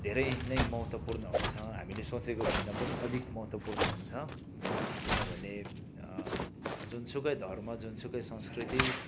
धेरै नै महत्त्वपूर्ण हुन्छ हामीले सोचेकोभन्दा पनि अधिक महत्त्वपूर्ण हुन्छ किनभने जुनसुकै धर्म जुनसुकै संस्कृति